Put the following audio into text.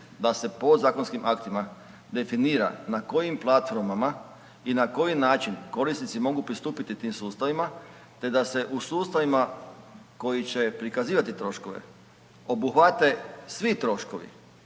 da se podzakonskim aktima definira na kojim platformama i na koji način korisnici mogu pristupiti tim sustavima te da se u sustavima koji će prikazivati troškove obuhvate svi troškovi